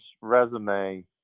resume